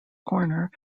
corner